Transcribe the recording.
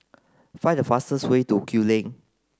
find the fastest way to Kew Lane